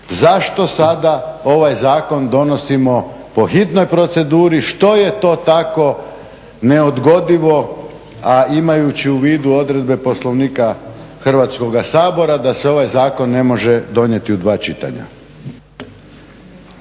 zašto sada ovaj zakon donosimo po hitnoj proceduri? Što je to tako neodgodivo, a imajući u vidu odredbe Poslovnika Hrvatskoga sabora da se ovaj zakon ne može donijeti u dva čitanja?